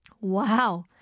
Wow